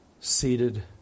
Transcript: seated